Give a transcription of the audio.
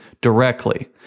directly